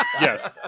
Yes